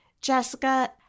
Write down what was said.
Jessica